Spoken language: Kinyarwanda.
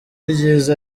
ryiza